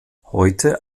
heute